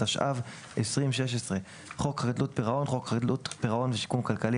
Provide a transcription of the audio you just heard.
התשע"ו 2016; "חוק חדלות פירעון" חוק חדלות פירעון ושיקום כלכלי,